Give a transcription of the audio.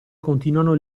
continuano